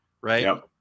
Right